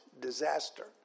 disaster